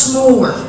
more